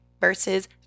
versus